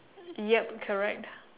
yup correct